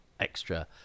extra